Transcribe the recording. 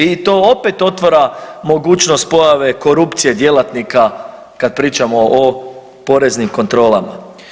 I to opet otvara mogućnost pojave korupcije djelatnika kad pričamo o poreznim kontrolama.